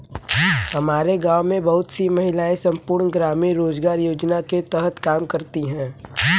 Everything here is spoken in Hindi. हमारे गांव में बहुत सी महिलाएं संपूर्ण ग्रामीण रोजगार योजना के तहत काम करती हैं